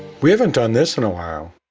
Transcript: we haven't done this in a while.